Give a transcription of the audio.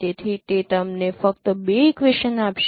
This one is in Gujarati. તેથી તે તમને ફક્ત 2 ઇક્વેશનસ આપશે